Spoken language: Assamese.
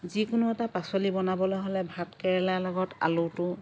যিকোনো এটা পাচলি বনাবলৈ হ'লে ভাত কেৰেলা লগত আলুটো